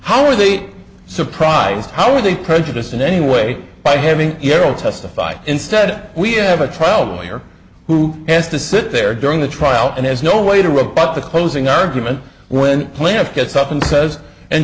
how are they surprised how are they prejudiced in any way by having your old testify instead we have a trial lawyer who has to sit there during the trial and there's no way to rebut the closing argument when plaintiff gets up and says and